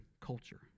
culture